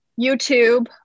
YouTube